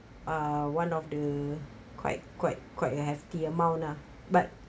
err one of the quite quite quite a hefty amount lah but